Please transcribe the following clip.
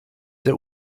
that